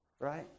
right